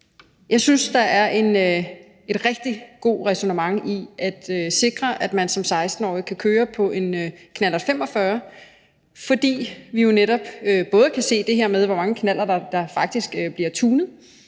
Jeg synes, der er rigtig god ræson i at sikre, at man som 16-årig kan køre på en knallert 45, både fordi vi kan se det her med, hvor mange knallerter der faktisk bliver tunet,